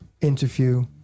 interview